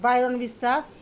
Byron Biswas